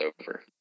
over